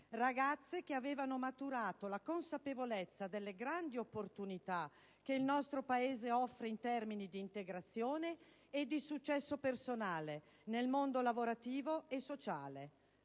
ragazze che avevano maturato la consapevolezza delle grandi opportunità che il nostro Paese offre in termini di integrazione e di successo personale nel mondo lavorativo e sociale.